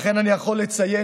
אכן אני יכול לציין,